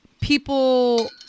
people